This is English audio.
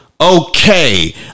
okay